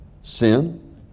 sin